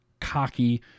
cocky